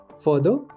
Further